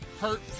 hurt